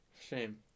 Shame